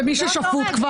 ומי שכבר שפוט?